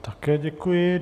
Také děkuji.